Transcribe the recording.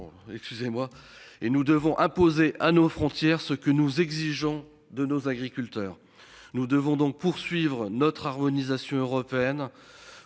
et nous devons imposer à nos frontières. Ce que nous exigeons de nos agriculteurs. Nous devons donc poursuivre notre harmonisation européenne